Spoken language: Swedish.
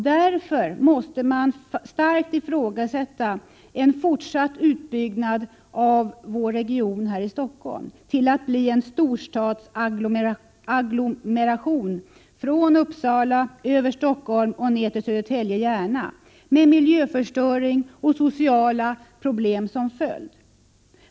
Man måste därför starkt ifrågasätta en fortsatt utbyggnad av en region som Stockholm, till att bli en storstadsagglomeration, från Uppsala, över Stockholm och ner till Södertälje-Järna, med miljöförstöring och sociala problem som följd.